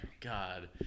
God